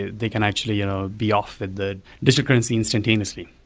they can actually you know be off at the district currency instantaneously.